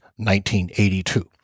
1982